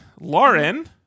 Lauren